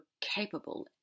capable